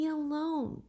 alone